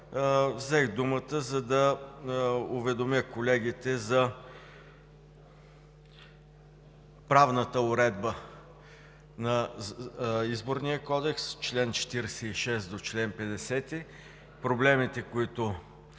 Взех думата, за да уведомя колегите за правната уредба на Изборния кодекс – чл. 46 до чл. 50, проблемите, които